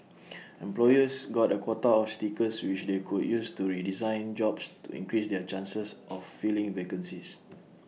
employers got A quota of stickers which they could use to redesign jobs to increase their chances of filling vacancies